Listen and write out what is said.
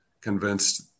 convinced